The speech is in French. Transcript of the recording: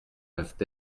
peuvent